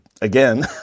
again